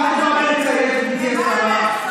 ועשתה, ועשתה, את בעיקר טובה בלצייץ, גברתי השרה.